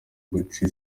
guca